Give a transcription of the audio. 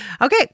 Okay